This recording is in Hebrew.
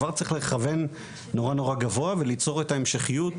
כבר צריך לכוון נורא גבוה וליצור את ההמשכיות